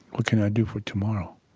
what can i do for tomorrow?